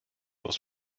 was